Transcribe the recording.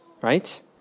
right